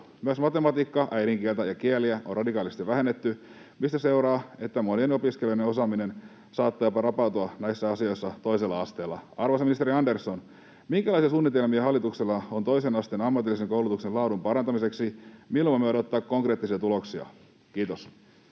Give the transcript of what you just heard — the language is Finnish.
Myös matematiikkaa, äidinkieltä ja kieliä on radikaalisti vähennetty, mistä seuraa, että monen opiskelijan osaaminen saattaa jopa rapautua näissä asioissa toisella asteella. Arvoisa ministeri Andersson: Minkälaisia suunnitelmia hallituksella on toisen asteen ammatillisen koulutuksen laadun parantamiseksi? Milloin me voimme odottaa konkreettisia tuloksia? — Kiitos.